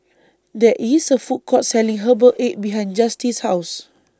There IS A Food Court Selling Herbal Egg behind Justice's House